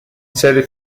serie